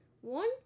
one